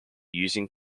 using